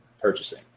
purchasing